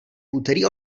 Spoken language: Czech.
úterý